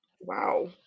Wow